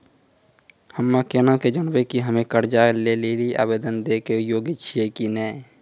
हम्मे केना के जानबै कि हम्मे कर्जा लै लेली आवेदन दै के योग्य छियै कि नै?